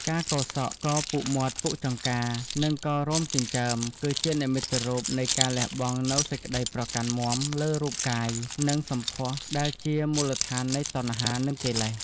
ការកោរសក់ កោរពុកមាត់ពុកចង្កា និងកោររោមចិញ្ចើម គឺជានិមិត្តរូបនៃការលះបង់នូវសេចក្តីប្រកាន់មាំលើរូបកាយ និងសម្ផស្ស ដែលជាមូលដ្ឋាននៃតណ្ហា និងកិលេស។